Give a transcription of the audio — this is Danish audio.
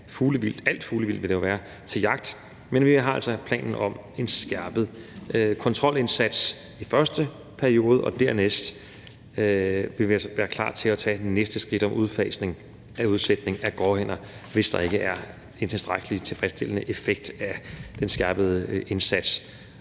alt fuglevildt til jagt, som det jo vil være, men vi har altså planen om en skærpet kontrolindsats som et første skridt, og dernæst vil vi altså være klar til at tage det næste skridt om en udfasning af udsætningen af gråænder, hvis der ikke er en tilstrækkelig tilfredsstillende effekt af den skærpede indsats.